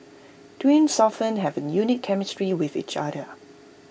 twins often have A unique chemistry with each other